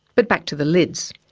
but back to the lids.